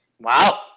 Wow